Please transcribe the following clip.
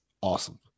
awesome